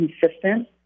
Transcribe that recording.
consistent